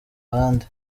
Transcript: abandi